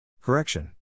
Correction